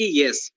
yes